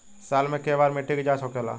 साल मे केए बार मिट्टी के जाँच होखेला?